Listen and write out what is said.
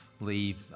leave